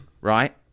right